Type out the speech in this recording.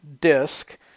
disk